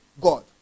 God